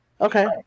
okay